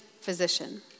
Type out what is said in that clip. physician